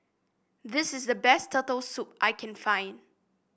this is the best Turtle Soup that I can find